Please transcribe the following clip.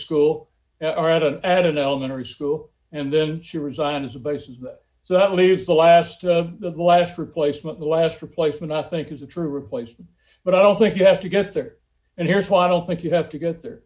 school are at an added elementary school and then she resigned as a basis so that leaves the last the last replacement the last replacement i think is a true replacement but i don't think you have to get there and here's why i don't think you have to get there